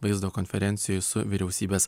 vaizdo konferencijoj su vyriausybės